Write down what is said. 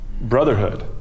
brotherhood